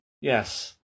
yes